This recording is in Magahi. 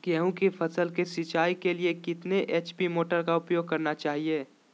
गेंहू की फसल के सिंचाई के लिए कितने एच.पी मोटर का उपयोग करना चाहिए?